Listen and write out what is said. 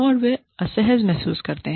और वे असहज महसूस करते हैं